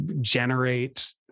generate